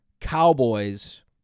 Cowboys